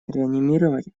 реанимировать